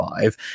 five